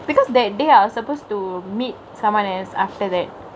because that day I was supposed to meet someone else after that